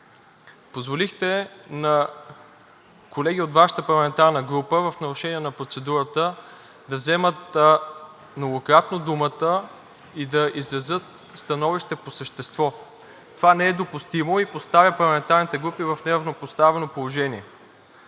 позволихте на колеги от Вашата парламентарна група, в нарушение на процедурата, да вземат многократно думата и да изразят становище по същество. Това не е допустимо и поставя парламентарните групи в неравнопоставено положение.